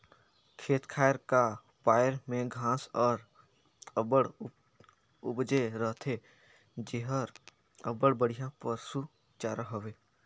खेत खाएर का पाएर में घांस हर अब्बड़ उपजे रहथे जेहर अब्बड़ बड़िहा पसु चारा हवे